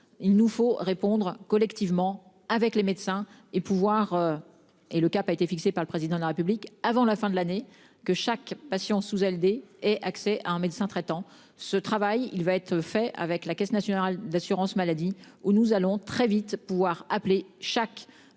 Il nous faut répondre collectivement avec les médecins et pouvoirs. Et le cap a été fixé par le président de la République avant la fin de l'année que chaque patient sous ALD et accès à un médecin traitant. Ce travail, il va être fait avec la Caisse nationale d'assurance maladie où nous allons très vite pouvoir appeler chaque patient